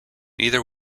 neither